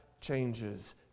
changes